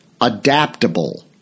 adaptable